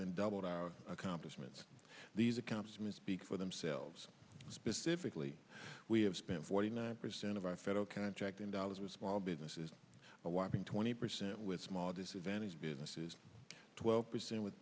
than doubled our accomplishments these accounts misspeak for themselves specifically we have spent forty nine percent of our federal contracting dollars with small businesses a whopping twenty percent with small disadvantaged businesses twelve percent with